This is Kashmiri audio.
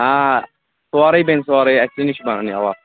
آ سورُے بنہِ سورُے اسی نِش چھُ بنان یہِ اوا